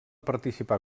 participar